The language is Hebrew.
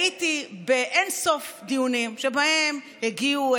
הייתי באין-סוף דיונים שבהם הגיעו,